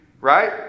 right